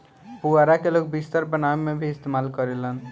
पुआरा के लोग बिस्तर बनावे में भी इस्तेमाल करेलन